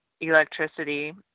electricity